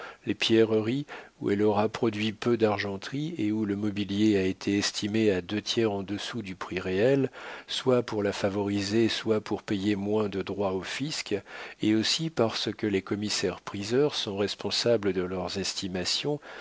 les pierreries où elle aura produit peu d'argenterie et où le mobilier a été estimé à deux tiers au-dessous du prix réel soit pour la favoriser soit pour payer moins de droits au fisc et aussi parce que les commissaires priseurs sont responsables de leurs estimations